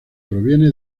proviene